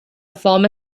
former